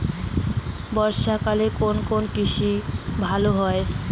বর্ষা কালে কোন কোন কৃষি ভালো হয়?